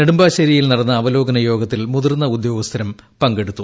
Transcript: നെടുമ്പാശ്ശേരിയിൽ നടന്ന അവലോകന യോഗത്തിൽ മുതിർന്ന ഉദ്യോഗസ്ഥരും പങ്കെടുത്തു